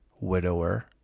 widower